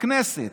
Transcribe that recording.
בכנסת